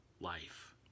life